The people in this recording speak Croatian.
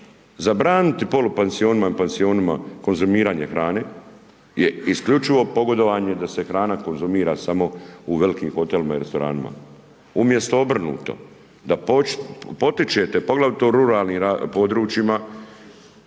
Zabraniti polupansionima i pansionima konzumiranje hrane je isključivo pogodovanje da se hrana konzumira samo u velikim hotelima i restoranima umjesto obrnuto, da potičete poglavito u ruralnim područjima,